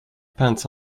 pants